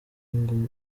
ngo